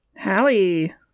Hallie